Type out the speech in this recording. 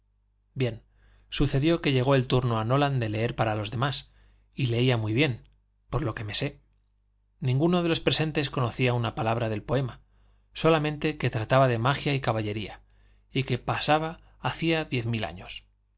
bien sucedió que llegó el turno a nolan de leer para los demás y leía muy bien por lo que me sé ninguno de los presentes conocía una palabra del poema solamente que trataba de magia y caballería y que pasaba hacía diez mil años